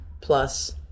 plus